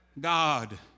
God